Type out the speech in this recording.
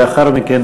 לאחר מכן,